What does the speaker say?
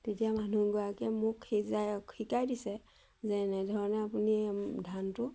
তেতিয়া মানুহগৰাকীয়ে মোক সেইজাই শিকাই দিছে যে এনেধৰণে আপুনি ধানটো